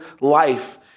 life